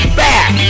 back